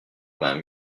vingt